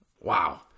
wow